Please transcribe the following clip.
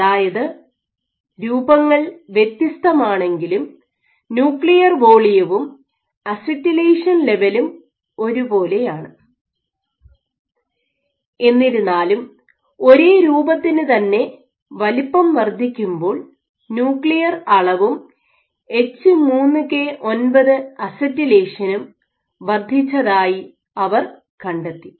അതായത് രൂപങ്ങൾ വ്യത്യസ്തമാണെങ്കിലും ന്യൂക്ലിയർ വോളിയവും അസറ്റിലേഷൻ ലെവലും ഒരുപോലെയാണ് എന്നിരുന്നാലും ഒരേ രൂപത്തിനു തന്നെ വലുപ്പം വർദ്ധിക്കുമ്പോൾ ന്യൂക്ലിയർ അളവും എച്ച് 3 കെ 9 അസറ്റിലൈഷനും വർദ്ധിച്ചതായി അവർ കണ്ടെത്തി